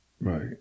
Right